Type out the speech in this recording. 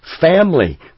family